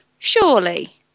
Surely